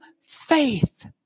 faith